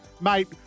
mate